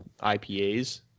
IPAs